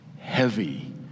heavy